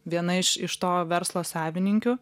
viena iš iš to verslo savininkių